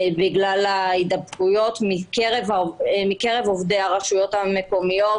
בגלל ההידבקויות מקרב עובדי הרשויות המקומיות.